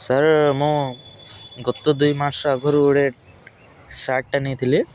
sir ମୁଁ ଗତ ଦୁଇ ମାସ ଆଗରୁ ଗୋଟେ ସାର୍ଟ ଟେ ନେଇଥିଲି